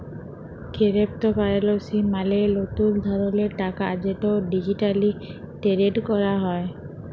কেরেপ্তকারেলসি মালে লতুল ধরলের টাকা যেট ডিজিটালি টেরেড ক্যরা হ্যয়